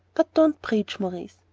but don't preach, maurice.